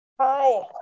Hi